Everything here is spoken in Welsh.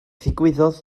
ddigwyddodd